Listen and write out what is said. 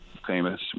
Famous